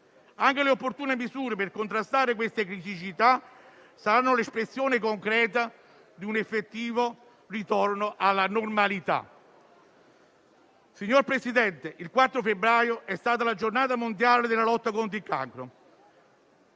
Anche le opportune misure per contrastare queste criticità saranno l'espressione concreta di un effettivo ritorno alla normalità. Signor Presidente, il 4 febbraio è stata la Giornata mondiale della lotta contro il cancro: